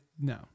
no